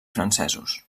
francesos